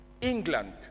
England